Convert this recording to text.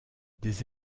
des